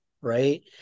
right